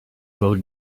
rode